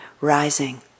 rising